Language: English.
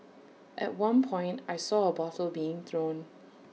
at one point I saw A bottle being thrown